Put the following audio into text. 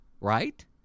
Right